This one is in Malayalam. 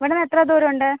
ഇവിടെ നിന്ന് എത്ര ദൂരമുണ്ട്